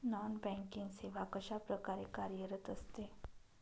Non banking सेवा कशाप्रकारे कार्यरत असते?